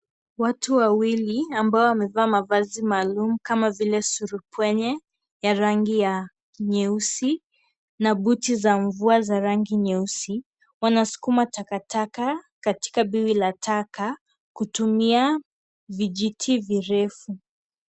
Watu wawili ambao wamevaa mavazi maalum kama vile surupwenye ya rangi ya nyeusi na buti za mvua za rangi nyeusi, wanasukuma takataka katika biwi la taka kutumia vijiti virefu.